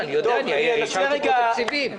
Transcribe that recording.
יודע, אני אישרתי פה תקציבים.